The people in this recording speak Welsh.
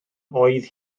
oedd